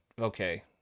okay